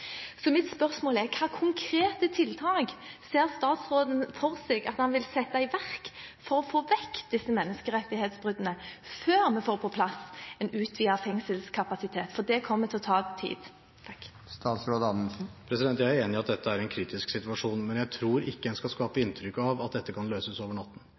konkrete tiltak ser statsråden for seg at han vil sette i verk for å få vekk disse menneskerettighetsbruddene, før vi får på plass en utvidet fengselskapasitet, for det kommer til å ta tid? Jeg er enig i at dette er en kritisk situasjon, men jeg tror ikke en skal skape inntrykk av at dette kan løses over natten.